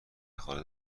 خارج